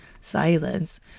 silence